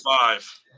five